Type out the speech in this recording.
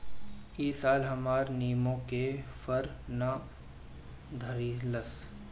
इ साल हमर निमो के फर ना धइलस